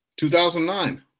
2009